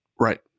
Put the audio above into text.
Right